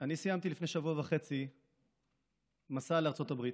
אני סיימתי לפני שבוע וחצי מסע לארצות הברית.